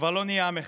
כבר לא נהיה עם אחד,